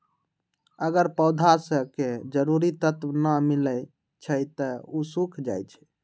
अगर पौधा स के जरूरी तत्व न मिलई छई त उ सूख जाई छई